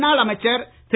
முன்னாள் அமைச்சர் திரு